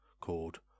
called